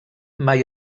mai